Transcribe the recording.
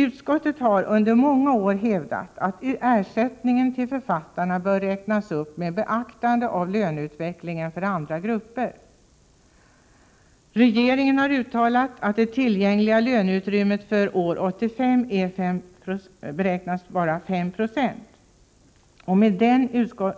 Utskottet har under många år hävdat att ersättningen till författarna bör räknas upp med beaktande av löneutvecklingen för andra grupper. Regeringen har uttalat att det tillgängliga löneutrymmet för år 1985 beräknas vara 5 Jo. Med